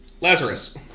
Lazarus